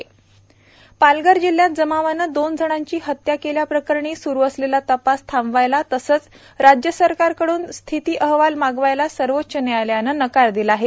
पालघर सर्वोच्च न्यायालय पालघर जिल्ह्यात जमावानं दोनजणांची हत्या केल्याप्रकरणी स्रु असलेला तपास थांबवायला तसंच राज्य सरकारकड्रन स्थिती अहवाल मागवायला सर्वोच्च न्यायालयानं नकार दिला आहे